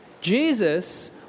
Jesus